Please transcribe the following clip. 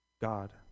God